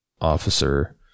Officer